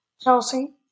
Chelsea